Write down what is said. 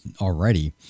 already